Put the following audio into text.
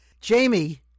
Jamie